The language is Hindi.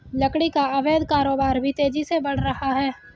लकड़ी का अवैध कारोबार भी तेजी से बढ़ रहा है